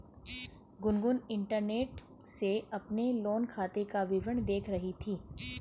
Gungun internet से अपने loan खाते का विवरण देख रही थी